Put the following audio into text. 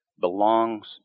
belongs